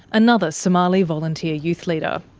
another somali volunteer youth leader.